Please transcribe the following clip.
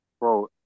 Bro